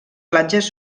platges